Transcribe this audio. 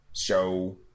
show